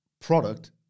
product